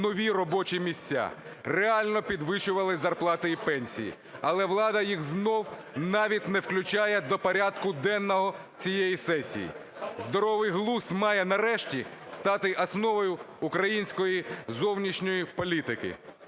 нові робочі місця, реально підвищувалися зарплати і пенсії. Але влада їх знову навіть не включає до порядку денного цієї сесії. Здоровий глузд має нарешті стати основою української зовнішньої політики.